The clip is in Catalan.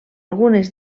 algunes